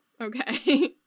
Okay